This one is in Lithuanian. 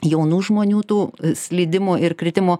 jaunų žmonių tų slydimo ir kritimo